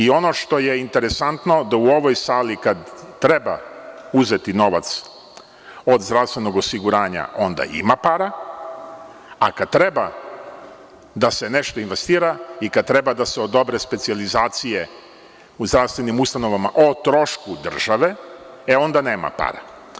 Ono što je interesantno da u ovoj sali kada treba uzeti novac od zdravstvenog osiguranja onda ima para, a kada treba da se nešto investira i kada treba da se odobre specijalizacije u zdravstvenim ustanovama o trošku države, onda nema para.